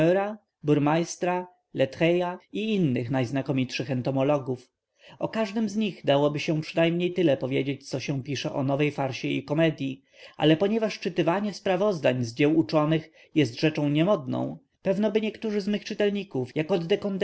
burmeistra latreilla i innych najznakomitszych entomologów o każdym z nich dałoby się tyle przynajmniej powiedzieć co się pisze o nowej farsie lub komedyi ale ponieważ czytywanie sprawozdań z dzieł uczonych jest rzeczą niemodną pewnoby niektórzy z mych czytelników jak od de